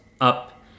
up